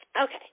Okay